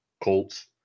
Colts